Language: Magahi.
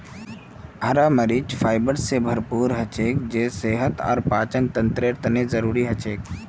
हरा मरीच फाइबर स भरपूर हछेक जे सेहत और पाचनतंत्रेर तने जरुरी छिके